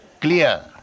clear